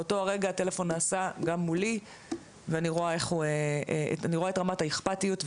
באותו הרגע הטלפון נעשה גם מולי ואני רואה את רמת האכפתיות,